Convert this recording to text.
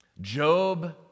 Job